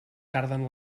carden